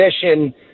position